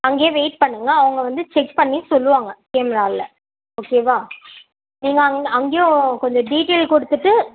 அங்கேயே வெயிட் பண்ணுங்கள் அவங்க வந்து செக் பண்ணி சொல்லுவாங்கள் கேமரால ஓகேவா நீங்கள் அங் அங்கேயும் கொஞ்சம் டீடெய்ல் கொடுத்துட்டு